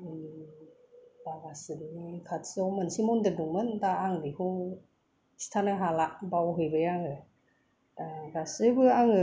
बाबा शिबनि खाथियाव मोनसे मन्दिर दंमोन दा आं बेखौ खिथानो हाला बावहैबाय आङो दा गासैबो आङो